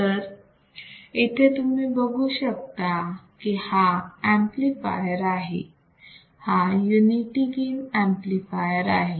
तर तुम्ही इथे बघू शकता की हा ऍम्प्लिफायर आहे हा युनिटी गेन ऍम्प्लिफायर आहे